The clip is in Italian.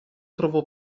trovò